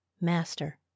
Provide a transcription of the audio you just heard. master